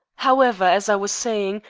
however, as i was saying,